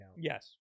Yes